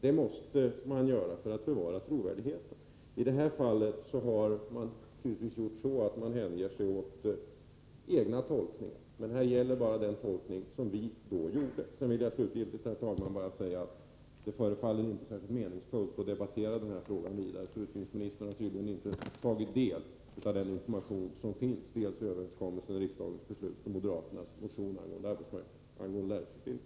Det måste man göra för att bevara trovärdigheten. I detta fall hänger sig tydligtvis utbildningsministern åt egna tolkningar, men här gäller bara den tolkning som vi då gjorde. Jag vill slutligen, herr talman, bara säga att det inte förefaller särskilt meningsfullt att debattera vidare i denna fråga. Utbildningsministern har tydligen inte tagit del av den information som finns, dels i överenskommelsen och riksdagens beslut, dels i moderaternas motion angående lärlingsutbildning.